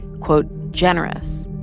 quote, generous,